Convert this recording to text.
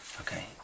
Okay